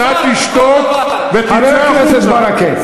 אתה תשתוק ותצא החוצה.